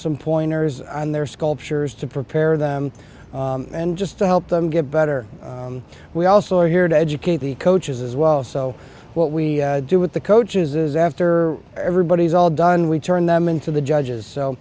some pointers on their sculptures to prepare them and just to help them get better we also are here to educate the coaches as well so what we do with the coaches is after everybody's all done we turn them into the judges